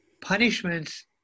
Punishments